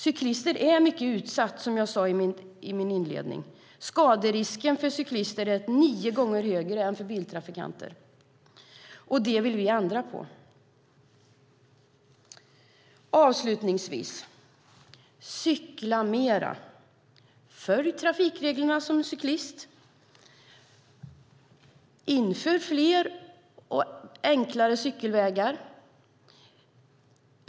Cyklister är mycket utsatta, som jag sade i min inledning. Skaderisken för cyklister är nio gånger högre än för bilister. Det vill vi ändra på. Avslutningsvis: Cykla mer! Följ trafikreglerna som cyklist! Inför fler och enklare cykelvägar!